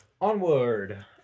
onward